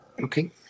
okay